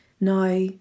now